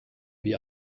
wie